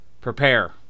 Prepare